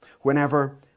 whenever